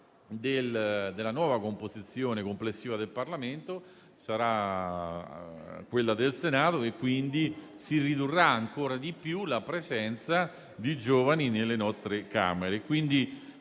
della nuova composizione complessiva del Parlamento sarà del Senato, quindi si ridurrà ancora di più la presenza di giovani nelle nostre Camere.